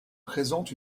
présentent